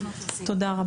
תודה.